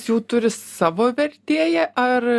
jų turi savo vertėją ar